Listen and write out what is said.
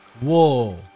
whoa